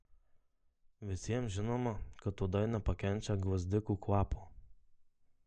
visiems žinoma kad uodai nepakenčia gvazdikų kvapo